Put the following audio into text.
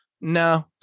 No